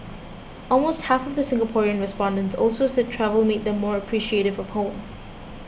almost half of the Singaporean respondents also said travel made them more appreciative of home